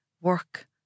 work